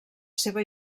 seva